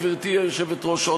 גברתי היושבת-ראש,